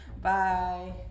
Bye